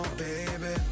baby